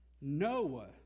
Noah